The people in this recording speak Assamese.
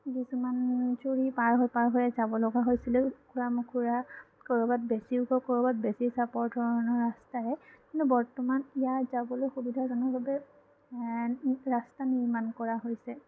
কিছুমান জুৰি পাৰ হৈ পাৰ হৈ যাব লগা হৈছিল ওখোৰা মোখোৰা ক'ৰবাত বেছি ওখ ক'ৰবাত বেছি চাপৰ ধৰণৰ ৰাস্তাৰে কিন্তু বৰ্তমান ইয়াত যাবলৈ সুবিধাজনকভাৱে ৰাস্তা নিৰ্মাণ কৰা হৈছে